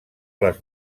les